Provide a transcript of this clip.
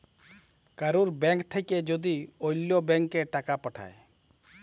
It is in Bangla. কারুর ব্যাঙ্ক থাক্যে যদি ওল্য ব্যাংকে টাকা পাঠায়